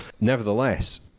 Nevertheless